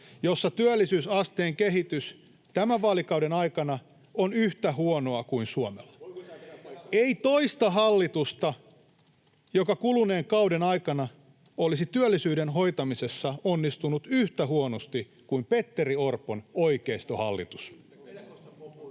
jossa työllisyysasteen kehitys tämän vaalikauden aikana on yhtä huonoa kuin Suomella. [Antti Kaikkonen: Voiko tämä pitää paikkansa?] Ei toista hallitusta, joka kuluneen kauden aikana olisi työllisyyden hoitamisessa onnistunut yhtä huonosti kuin Petteri Orpon oikeistohallitus.